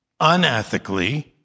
unethically